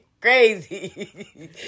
crazy